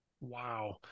Wow